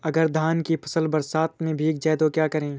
अगर धान की फसल बरसात में भीग जाए तो क्या करें?